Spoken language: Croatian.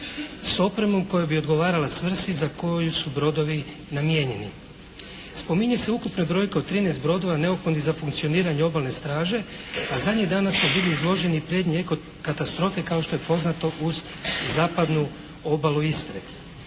s opremom koja bi odgovarala svrsi za koju su brodovi namijenjeni. Spominje se ukupna brojka od trinaest brodova neophodnih za funkcioniranje obalne straže, a zadnjih dana smo bili izloženi prijetnji eko katastrofe kao što je poznato uz zapadnu obalu Istre.